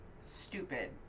stupid